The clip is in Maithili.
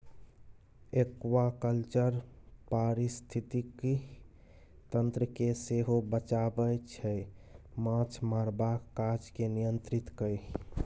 एक्वाकल्चर पारिस्थितिकी तंत्र केँ सेहो बचाबै छै माछ मारबाक काज केँ नियंत्रित कए